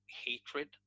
Hatred